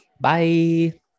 Bye